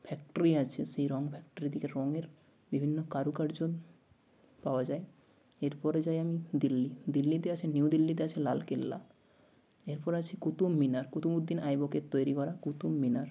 factory আছে সেই রঙ ফ্যাক্ট্রি থেকে রঙের বিভিন্ন কারুকার্য পাওয়া যায় এরপরে যাই আমি দিল্লি দিল্লিতে আছে নিউ দিল্লিতে আছে লালকেল্লা এরপর আছে কুতুব মিনার কুতুবউদ্দিন আইবকের তৈরি করা কুতুব মিনার